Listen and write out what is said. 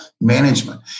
management